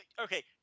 okay